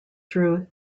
through